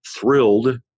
thrilled